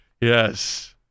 Yes